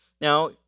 Now